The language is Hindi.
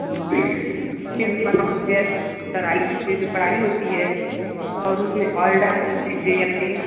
फिर उसके बाद गैस पर कढ़ाई दीजिए जो कढ़ाई होती है और उसमें आयल डाल दीजिए या तेल